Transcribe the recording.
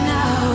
now